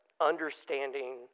understanding